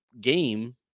game